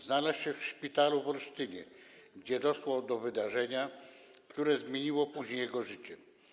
Znalazł się w szpitalu w Olsztynie, gdzie doszło do wydarzenia, które później zmieniło jego życie.